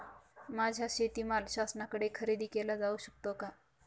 माझा शेतीमाल शासनाकडे खरेदी केला जाऊ शकतो का?